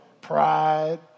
Pride